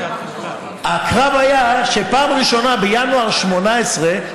הקרב היה שבפעם הראשונה בינואר 2018,